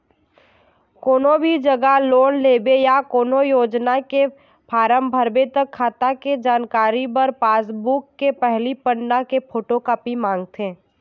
कोनो भी जघा लोन लेबे या कोनो योजना के फारम भरबे त खाता के जानकारी बर पासबूक के पहिली पन्ना के फोटोकापी मांगथे